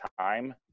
time